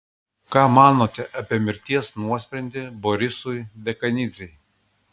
ką manote apie mirties nuosprendį borisui dekanidzei